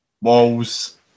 walls